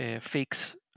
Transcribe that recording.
fix